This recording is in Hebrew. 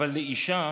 אבל לאישה